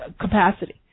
capacity